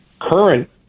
current